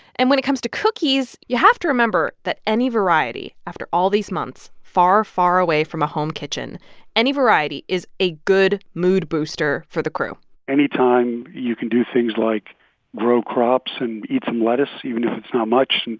and when it comes to cookies, you have to remember that any variety after all these months far, far away from a home kitchen any variety is a good mood-booster for the crew anytime you can do things like grow crops and eat some lettuce, even if it's not much,